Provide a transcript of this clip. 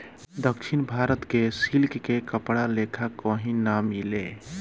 दक्षिण भारत के सिल्क के कपड़ा लेखा कही ना मिले